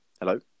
Hello